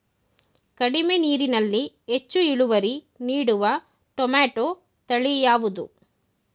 ಕಡಿಮೆ ನೀರಿನಲ್ಲಿ ಹೆಚ್ಚು ಇಳುವರಿ ನೀಡುವ ಟೊಮ್ಯಾಟೋ ತಳಿ ಯಾವುದು?